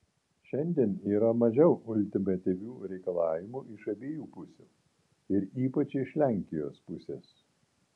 šiandien yra mažiau ultimatyvių reikalavimų iš abiejų pusių ir ypač iš lenkijos pusės